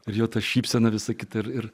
ir jo tą šypseną visą kitą ir